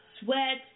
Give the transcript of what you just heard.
sweat